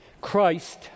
Christ